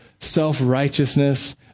self-righteousness